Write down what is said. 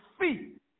feet